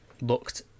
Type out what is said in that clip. looked